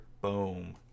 boom